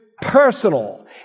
personal